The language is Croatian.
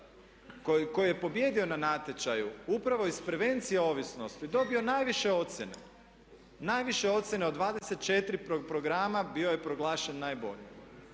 koji je pobijedio na natječaju upravo iz prevencije ovisnosti dobio najviše ocjene, najviše ocjene, od 24 programa bio je proglašen najboljim.